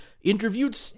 interviewed